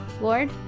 Lord